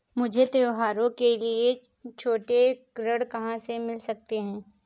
मुझे त्योहारों के लिए छोटे ऋृण कहां से मिल सकते हैं?